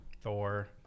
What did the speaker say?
Thor